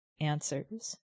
answers